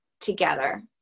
together